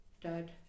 Dad